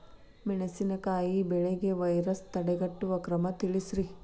ಮೆಣಸಿನಕಾಯಿ ಬೆಳೆಗೆ ವೈರಸ್ ತಡೆಗಟ್ಟುವ ಕ್ರಮ ತಿಳಸ್ರಿ